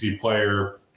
player